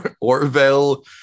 Orville